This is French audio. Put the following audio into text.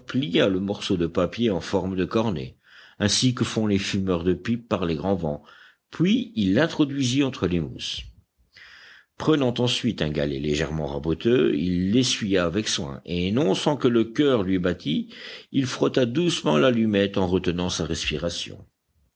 plia le morceau de papier en forme de cornet ainsi que font les fumeurs de pipe par les grands vents puis il l'introduisit entre les mousses prenant ensuite un galet légèrement raboteux il l'essuya avec soin et non sans que le coeur lui battît il frotta doucement l'allumette en retenant sa respiration